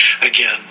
again